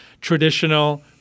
traditional